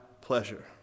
pleasure